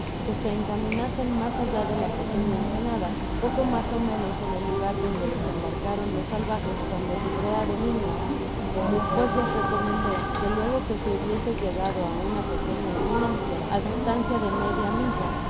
que se encaminasen mas allá de la pequeña ensenada poco mas ó menos en el lugar donde desembarcaron los salvajes cuando libré á domingo despues les recomendé que luego que hubiese llegado á una pequeña eminencia á distancia de media mu la